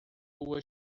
rua